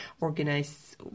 organize